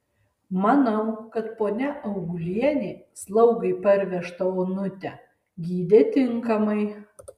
manau kad ponia augulienė slaugai parvežtą onutę gydė tinkamai